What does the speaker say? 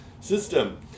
system